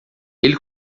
ele